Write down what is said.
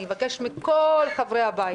אבקש מכל חברי הבית